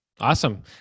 Awesome